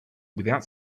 without